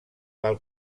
pel